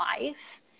life